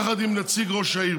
יחד עם נציג ראש העיר,